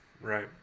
right